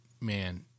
man